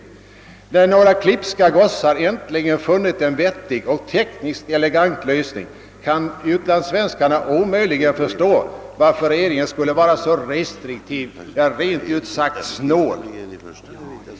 När några klipska gossar äntligen funnit en vettig och tekniskt elegant lösning, kan utlandssvenskarna omöjligen förstå, varför regeringen skulle vara så restriktiv, ja rent ut sagt snål.